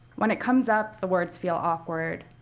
when it comes up, the words feel awkward.